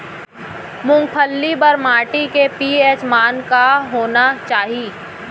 मूंगफली बर माटी के पी.एच मान का होना चाही?